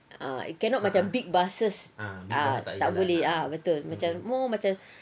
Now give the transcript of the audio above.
ah it cannot macam big buses ah tak boleh ah betul macam more macam